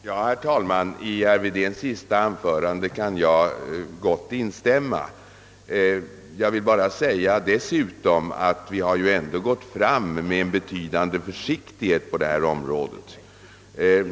Herr talman! I herr Wedéns senaste anförande kan jag gott instämma men vill bara tillfoga att vi ändå gått fram med betydande försiktighet på detta område.